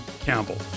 Campbell